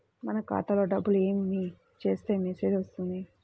మన ఖాతాలో డబ్బులు ఏమి చేస్తే మెసేజ్ వస్తుంది?